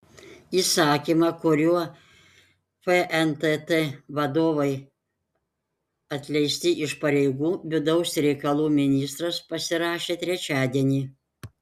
įsakymą kuriuo fntt vadovai atleisti iš pareigų vidaus reikalų ministras pasirašė trečiadienį